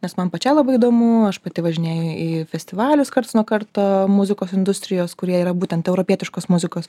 nes man pačiai labai įdomu aš pati važinėju į festivalius karts nuo karto muzikos industrijos kurie yra būtent europietiškos muzikos